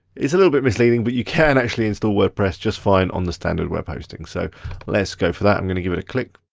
it's a little bit misleading, but you can actually instal wordpress just fine on the standard web hosting. so let's go for that. i'm gonna give it a click.